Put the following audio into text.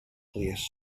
plîs